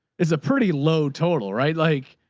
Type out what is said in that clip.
is a pretty low total, right? like,